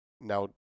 now